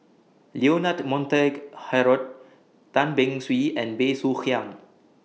Leonard Montague Harrod Tan Beng Swee and Bey Soo Khiang